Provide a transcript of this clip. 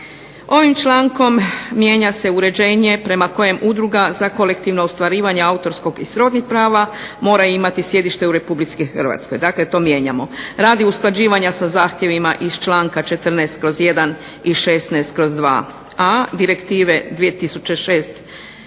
Ovim člankom mijenja se uređenje prema kojem Udruga za kolektivno ostvarivanje autorskog i srodnih prava mora imati sjedište u RH. Dakle to mijenjamo, radi usklađivanja sa zahtjevima iz članka 14/1 i 16/2a Direktive 2006/123/EZ